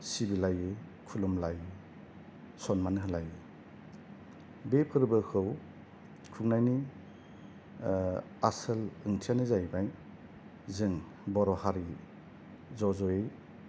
सिबिलायो खुलुमलायो सनमान होलायो बे फोरबोखौ खुंनायनि गुबै ओंथियानो जाहैबाय जों बर' हारि ज' जयै